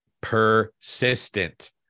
persistent